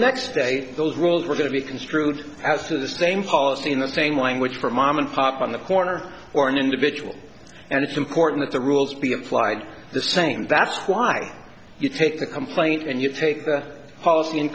next day those rules were going to be construed as to the same policy in the same language for mom and pop on the corner or an individual and it's important that the rules be applied the same that's why you take the complaint and you take the policy